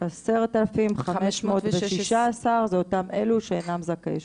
10,516, זה אותם אלה שאינם זכאי שבות.